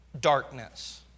darkness